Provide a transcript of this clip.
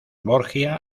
borgia